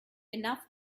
enough